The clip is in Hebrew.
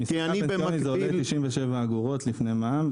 ביטוח פנסיוני עולה כ-97 אגורות לפני מע"מ.